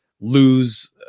lose